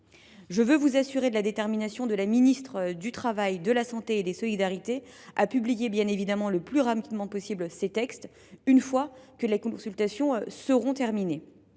je veux vous assurer de la détermination de la ministre du travail, de la santé et des solidarités à publier le plus rapidement possible ces textes, une fois que celles ci seront terminées.